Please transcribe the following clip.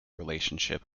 relationship